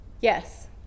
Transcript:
Yes